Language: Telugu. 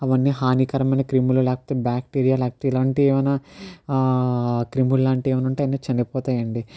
అవన్నీ హానికరమైన క్రిములు లేకపోతే బ్యాక్టీరియా లేకపోతే ఇలాంటివి ఏమైనా క్రిములు లాంటి ఏవైనా ఉంటే అవన్నీ చనిపోతాయి అండి